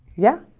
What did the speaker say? yeah.